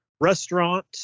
restaurant